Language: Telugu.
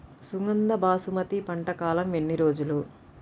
సుగంధ బాసుమతి పంట కాలం ఎన్ని రోజులు?